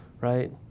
right